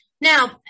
Now